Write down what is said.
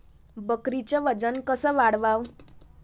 बकरीचं वजन कस वाढवाव?